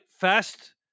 fast